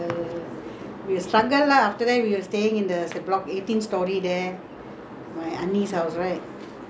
my அண்ணிஸ்:annis house right rental house then the first house we buy in where tanglin halt we rent